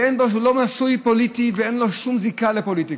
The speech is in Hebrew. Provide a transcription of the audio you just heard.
הוא לא נשוי פוליטית ואין לו שום זיקה לפוליטיקה,